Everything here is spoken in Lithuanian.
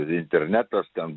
internetas ten